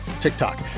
TikTok